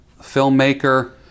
filmmaker